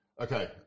Okay